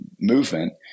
movement